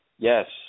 Yes